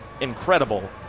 incredible